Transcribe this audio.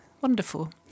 wonderful